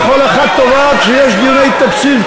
וכל אחת תובעת כשיש דיוני תקציב,